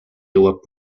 jõuab